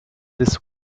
this